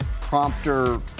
prompter